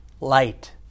Light